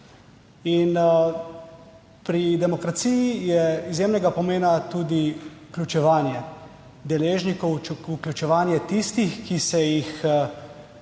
Pri demokraciji je izjemnega pomena tudi vključevanje – deležnikov, vključevanje tistih, ki se jih problemi,